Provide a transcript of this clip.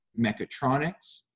mechatronics